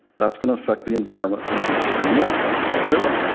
that's going to affect the environment in an extreme way, don't do it.